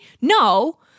No